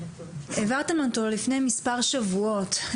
העברתם אותו לפני מספר שבועות,